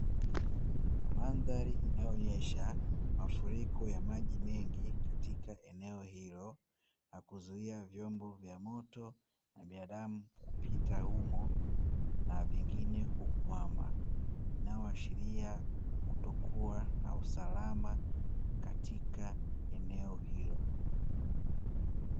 Mandhari inayoonyesha mafuriko ya maji mengi katika eneo hilo, na kuzuia vyombo vya moto na binadamu kupita humo na vingine kukwama. Inayoashiria Kutokuwa na usalama katika eneo hilo.